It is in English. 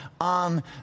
on